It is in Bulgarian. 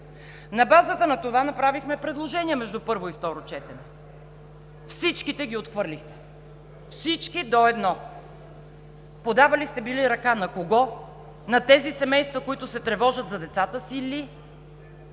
На базата на това направихме предложения между първо и второ четене. Всичките ги отхвърлихте. Всички до едно! Подавали сте били ръка. На кого? На тези семейства, които се тревожат за децата си ли,